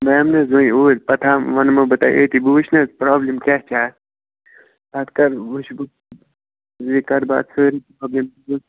وۅنۍ یِمہٕ نہٕ حظ بہٕ اوٗرۍ پَتہٕ ہا وَنمو بہٕ تۄہہِ أتی بہٕ وُچھٕ نہَ حظ پرٛابلِم کیٛاہ چھِ اَتھ پَتہٕ کَرٕ وُچھٕ بہٕ یہِ کَرٕ بہٕ اَتھ سٲری پرٛابلِم دوٗر